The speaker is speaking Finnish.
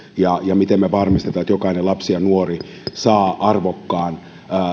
ja ja miten me varmistamme että jokainen lapsi ja nuori saa arvokkaan